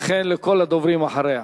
וכן לכל הדוברים אחריה.